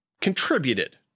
contributed